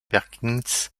perkins